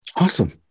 Awesome